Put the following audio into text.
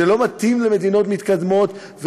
זה לא מתאים למדינות מתקדמות,